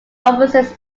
offices